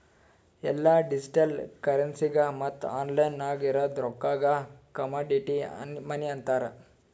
ಎಲ್ಲಾ ಡಿಜಿಟಲ್ ಕರೆನ್ಸಿಗ ಮತ್ತ ಆನ್ಲೈನ್ ನಾಗ್ ಇರದ್ ರೊಕ್ಕಾಗ ಕಮಾಡಿಟಿ ಮನಿ ಅಂತಾರ್